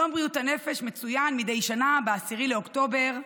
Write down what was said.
יום בריאות הנפש מצוין מדי שנה ב-10 באוקטובר,